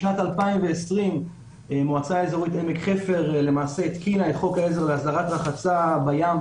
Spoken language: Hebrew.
בשנת 2020 התקינה המועצה האזורית עמק חפר את חוק העזר להסדרת רחצה בים,